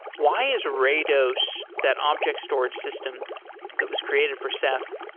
why is rados that object storage system that was created for ceph,